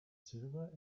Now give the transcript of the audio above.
silver